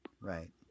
right